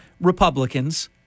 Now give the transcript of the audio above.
Republicans